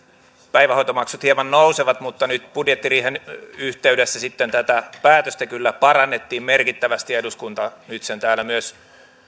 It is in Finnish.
päivähoitomaksut hieman nousevat mutta nyt budjettiriihen yhteydessä tätä päätöstä kyllä parannettiin merkittävästi eduskunta nyt sen täällä myös